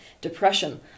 depression